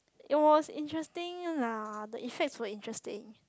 it was interesting lah the effects were interesting